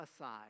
aside